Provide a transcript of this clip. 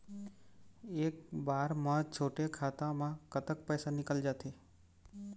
एक बार म छोटे खाता म कतक पैसा निकल जाथे?